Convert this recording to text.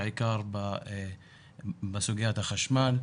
בעיקר בסוגיית החשמל.